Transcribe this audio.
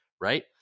Right